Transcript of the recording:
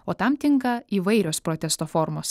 o tam tinka įvairios protesto formos